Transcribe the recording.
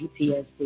PTSD